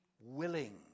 willing